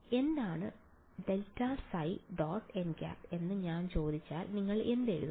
എന്താണ് ∇ϕ · nˆ എന്ന് ഞാൻ ചോദിച്ചാൽ നിങ്ങൾ എന്ത് എഴുതും